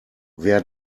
wer